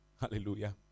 Hallelujah